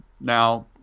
Now